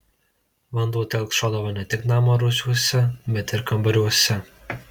vanduo telkšodavo ne tik namo rūsiuose bet ir kambariuose